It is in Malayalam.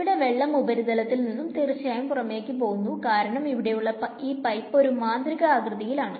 ഇവിടെ വെള്ളം ഉപരിതലത്തിൽ നിന്നും തീർച്ചയായും പുറമേക്ക് പോവും കാരണം ഇവിടെ ഉള്ള ഈ പൈപ്പ് ഒരു മാന്ത്രിക ആകൃതിയിൽ ആണ്